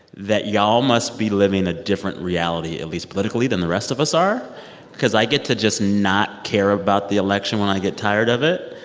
that y'all must be living a different reality at least politically than the rest of us are because i get to just not care about the election when i get tired of it.